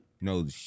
No